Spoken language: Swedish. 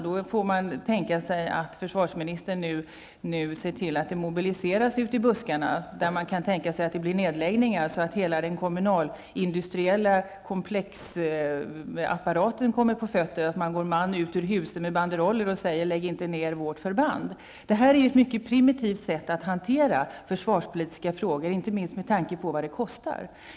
Då får man tänka sig att försvarsministern ser till att det, där man kan tänka sig att det blir nedläggningar, mobiliseras ute i buskarna, så att hela den kommunalindustriella komplexapparaten kommer på fötter. Man får gå man ur huse med banderoller där det står: Lägg inte ned vårt förband! Det här är ett mycket primitivt sätt att hantera försvarspolitiska frågor på, inte minst med tanke på vad det kostar.